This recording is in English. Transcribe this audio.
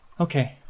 Okay